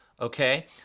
okay